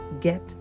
get